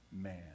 man